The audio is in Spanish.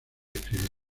escribir